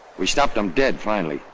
we stopped em dead finally,